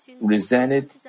resented